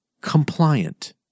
compliant